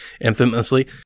infamously